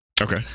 Okay